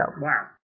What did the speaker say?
wow